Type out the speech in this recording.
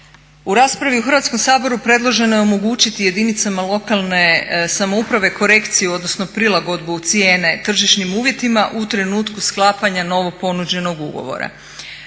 U raspravi u Hrvatskom saboru predloženo je omogućiti jedinice lokalne samouprave korekciju odnosno prilagodbu cijene tržišnim uvjetima u trenutku sklapanja novo ponuđenog ugovora.